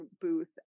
booth